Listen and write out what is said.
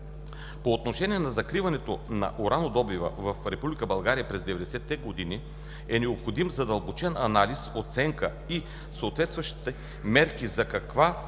По отношение на закриването на уранодобива в Република България през 90-те години, е необходим задълбочен анализ, оценка и съответстващи мерки до каква